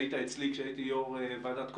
היעדר הנגשה בשפה הערבית,